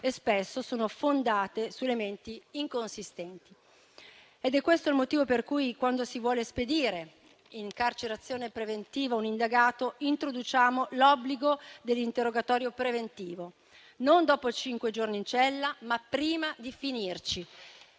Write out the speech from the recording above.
e spesso sono fondate su elementi inconsistenti. È questo il motivo per cui, quando si vuole spedire in carcerazione preventiva un indagato, introduciamo l'obbligo dell'interrogatorio preventivo, non dopo cinque giorni in cella, ma prima di finirci;